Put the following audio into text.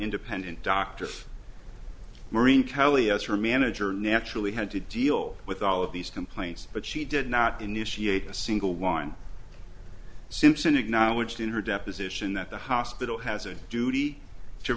independent doctor's marine kelly as her manager naturally had to deal with all of these complaints but she did not initiate a single one simpson acknowledged in her deposition that the hospital has a duty to